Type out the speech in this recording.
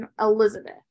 Elizabeth